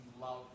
love